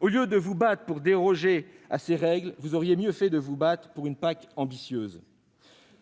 Au lieu de vous battre pour déroger à ses règles, vous auriez mieux fait de vous battre pour une PAC ambitieuse.